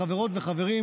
חברות וחברים,